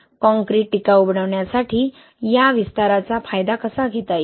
concrete टिकाऊ बनवण्यासाठी या विस्ताराचा फायदा कसा घेता येईल